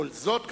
וכל זאת,